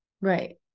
right